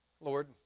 Lord